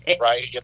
Right